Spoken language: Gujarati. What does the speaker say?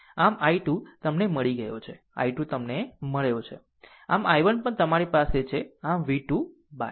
આમ i 2 તમને મળી ગયો છે i 2 તમને મળ્યો છે અને i 1 પણ તમારી પાસે છે આમ v 2 બાય